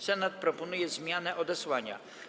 Senat proponuje zmianę odesłania.